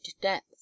depth